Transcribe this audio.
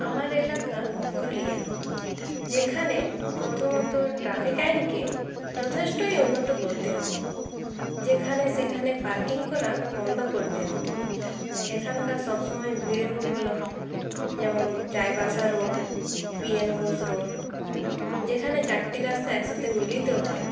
আমার এলাকা পুরুলিয়া যেখানে প্রথমত ট্রাফিক আইনকে যথেষ্টই উন্নত করতে হবে যেখানে সেখানে পার্কিং করা বন্ধ করতে হবে এখানকার সবসময় ভিড় রুট হল যেমন Chaibasa road PN Ghosh road যেখানে চারটে রাস্তা একসাথে মিলিত হয়